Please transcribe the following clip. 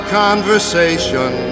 conversation